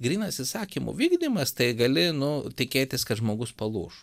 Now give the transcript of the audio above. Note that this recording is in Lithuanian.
grynas įsakymų vykdymas tai gali nu tikėtis kad žmogus palūš